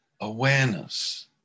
awareness